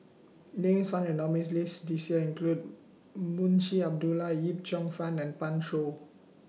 Names found in nominees' list This Year include Munshi Abdullah Yip Cheong Fun and Pan Shou